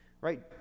right